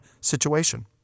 situation